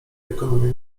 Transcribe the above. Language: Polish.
ekonomię